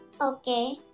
Okay